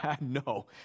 No